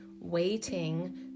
waiting